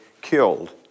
killed